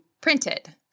printed